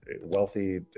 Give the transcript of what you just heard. wealthy